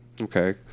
okay